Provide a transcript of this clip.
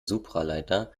supraleiter